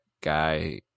guy